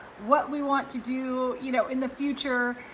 what we want to do, you know, in the future,